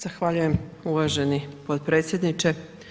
Zahvaljujem uvaženi potpredsjedniče.